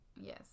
yes